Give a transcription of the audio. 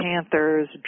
Panthers